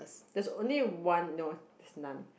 there's only one no is none